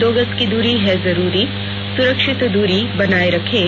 दो गज की दूरी है जरूरी सुरक्षित दूरी बनाए रखें